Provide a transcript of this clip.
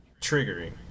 triggering